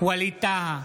ווליד טאהא,